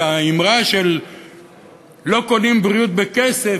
והאמרה "לא קונים בריאות בכסף",